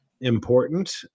important